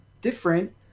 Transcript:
different